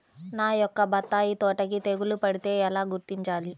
నా యొక్క బత్తాయి తోటకి తెగులు పడితే ఎలా గుర్తించాలి?